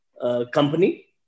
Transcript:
company